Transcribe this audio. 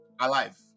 alive